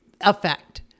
effect